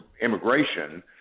immigration